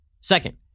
Second